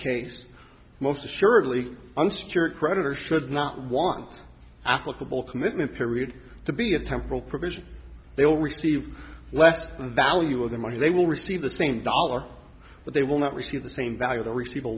case most assuredly unsecured creditors should not want applicable commitment period to be a temporal provision they will receive less the value of the money they will receive the same dollar but they will not receive the same value the receive a